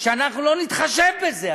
שאנחנו לא נתחשב בזה.